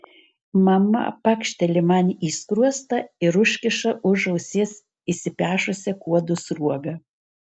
mama pakšteli man į skruostą ir užkiša už ausies išsipešusią kuodo sruogą